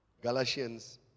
Galatians